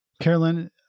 carolyn